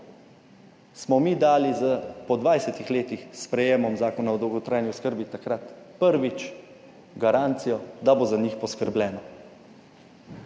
smo mi dali po 20. letih, s sprejemom zakona o dolgotrajni oskrbi, takrat prvič garancijo, da bo za njih poskrbljeno.